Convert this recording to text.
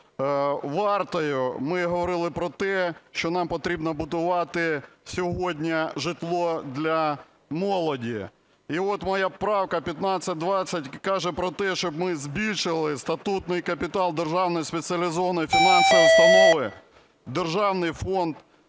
вартою, ми говорили про те, що нам потрібно будувати сьогодні житло для молоді. І от моя правка 1520 каже про те, щоб ми збільшили статутний капітал Державної спеціалізованої фінансової установи "Державний фонд